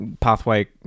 pathway